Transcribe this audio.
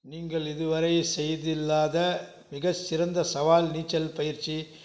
நீங்கள் இதுவரை செய்தில்லாத மிக சிறந்த சவால் நீச்சல் பயிற்சி